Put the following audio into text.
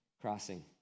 Crossing